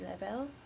level